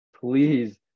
please